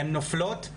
הן נופלות,